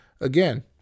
again